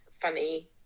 funny